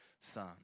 son